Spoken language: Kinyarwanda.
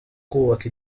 kubaka